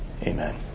Amen